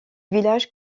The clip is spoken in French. village